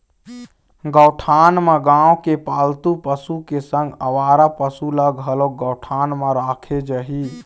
गौठान म गाँव के पालतू पशु के संग अवारा पसु ल घलोक गौठान म राखे जाही